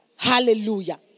Hallelujah